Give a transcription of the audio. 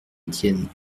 étienne